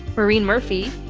marine murphy,